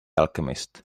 alchemist